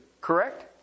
Correct